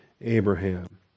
Abraham